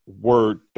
word